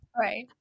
Right